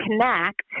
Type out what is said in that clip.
connect